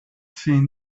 seen